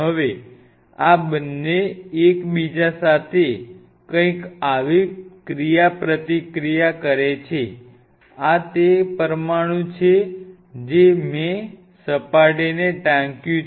હવે આ બન્ને એકબીજા સાથે કંઈક આવી ક્રિયાપ્રતિક્રિયા કરે છે આ તે પરમાણુ છે જે મેં સપાટીને ટાંક્યું છે